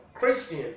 Christian